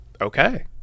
okay